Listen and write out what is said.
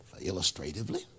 illustratively